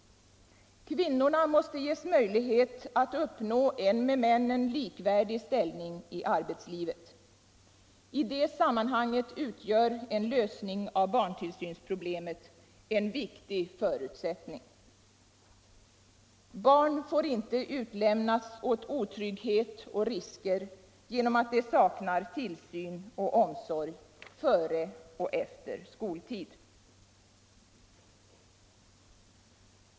Kvinnorna måste ges möjlighet att uppnå en ställning i arbetslivet, likvärdig med männens. I det sammanhanget utgör en lösning av barntillsynsproblemet en viktig förutsättning. Barn får inte utlämnas åt otrygghet och risker genom att de saknar tillsyn och omsorg före och efter skoltid.